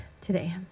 today